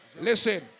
Listen